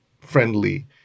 friendly